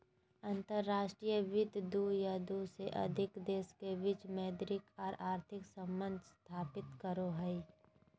अंतर्राष्ट्रीय वित्त दू या दू से अधिक देश के बीच मौद्रिक आर आर्थिक सम्बंध स्थापित करो हय